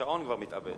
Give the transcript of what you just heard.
השעון כבר מתאבד.